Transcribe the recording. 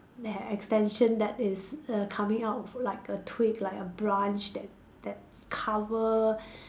that has extension that is err coming out like a twig like a brunch that that cover